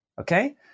Okay